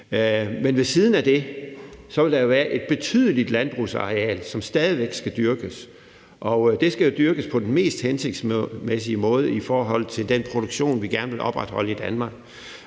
Men ved siden af det vil der jo være et betydeligt landbrugsareal, som stadig væk skal dyrkes, og det skal jo dyrkes på den mest hensigtsmæssige måde i forhold til den produktion, vi gerne vil opretholde i Danmark,